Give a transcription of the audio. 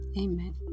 Amen